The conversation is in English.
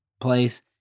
place